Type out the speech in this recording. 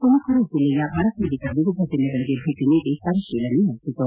ತುಮಕೂರು ಜಿಲ್ಲೆಯ ಬರಪೀಡಿತ ವಿವಿಧ ಜಿಲ್ಲೆಗಳಗೆ ಭೇಟಿ ನೀಡಿ ಪರಿಶೀಲನೆ ನಡೆಸಿತು